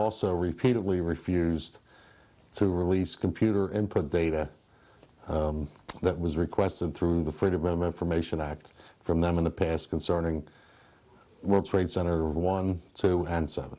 also repeatedly refused to release computer and print data that was requested through the freedom information act from them in the past concerning world trade center one so and so